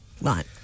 Right